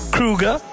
Kruger